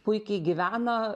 puikiai gyvena